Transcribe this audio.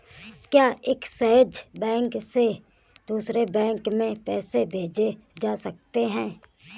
क्या Axis bank से दूसरे बैंक में पैसे भेजे जा सकता हैं?